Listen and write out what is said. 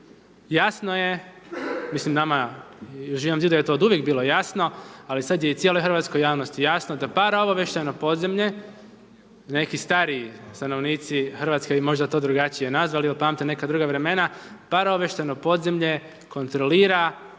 nama, Živom Zidu je to oduvijek bilo jasno, ali sada je i cijeloj hrvatskoj javnosti jasno da paraobavještajno podzemlje, neki stariji stanovnici RH bi možda to drugačije nazvali jel pamte neka druga vremena, paraobavještajno podzemlje kontrolira